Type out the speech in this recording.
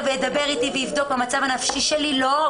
וידבר איתי ויבדוק את המצב הנפשי שלי לא,